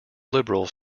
liberals